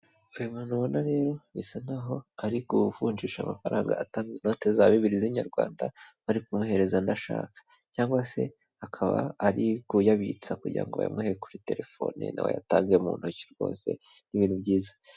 Uyu muntu ubona rero bisa nk'aho ari kuvungisha amafaranga atanga inote za bibiri z'inyarwanda bari k'umuhereza andi ashaka cyangwa se akaba ari kuyabitsa kugira ngo bayamuhe kuri telefone na we ayatange mu ntoki rwose ni ibintu byiza.